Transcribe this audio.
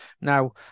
Now